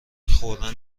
خوردن